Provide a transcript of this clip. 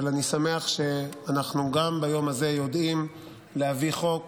אבל אני שמח שאנחנו גם ביום הזה יודעים להביא חוק